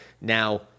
Now